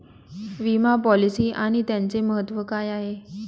विमा पॉलिसी आणि त्याचे महत्व काय आहे?